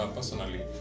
Personally